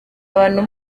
abantu